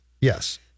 yes